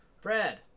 Fred